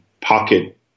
pocket